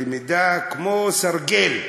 למידה כמו סרגל.